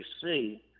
see